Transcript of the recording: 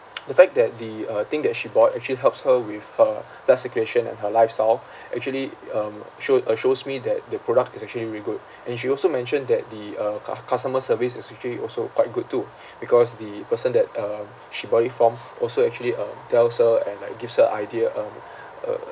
the fact that the uh thing that she bought actually helps her with her blood circulation and her lifestyle actually um showed a shows me that the product is actually really good and she also mentioned that the uh cu~ customer service is actually also quite good too because the person that uh she bought it from also actually uh tells her and like gives her idea um uh